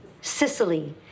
Sicily